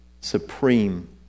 supreme